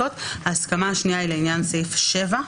ההסכמה השנייה היא לעניין סעיף 7,